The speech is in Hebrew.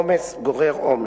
עומס גורר עומס.